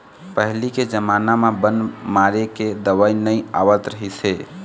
पहिली के जमाना म बन मारे के दवई नइ आवत रहिस हे